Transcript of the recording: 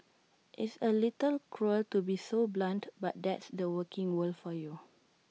it's A little cruel to be so blunt but that's the working world for you